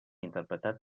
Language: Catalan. interpretat